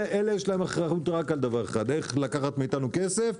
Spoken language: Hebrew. להם יש אחריות רק על דבר אחד לקחת מאתנו כסף.